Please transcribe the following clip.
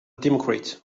democrat